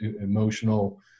emotional